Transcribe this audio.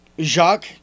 Jacques